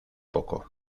poco